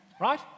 Right